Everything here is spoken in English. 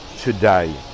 today